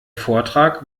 vortrag